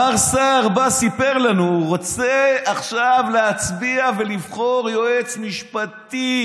מר סער בא וסיפר לנו: רוצה עכשיו להצביע ולבחור את היועץ המשפטי